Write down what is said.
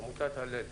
עמותת הילל,